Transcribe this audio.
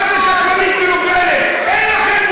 מה זה שקרנית, מנוולת?